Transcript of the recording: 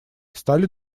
стали